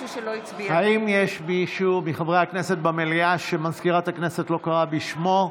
האם יש מישהו מחברי הכנסת במליאה שמזכירת הכנסת לא קראה בשמו?